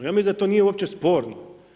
Ja mislim da to nije uopće sporno.